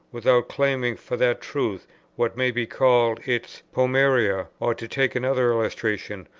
without claiming for that truth what may be called its pom oe ria or, to take another illustration,